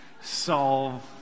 solve